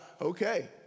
okay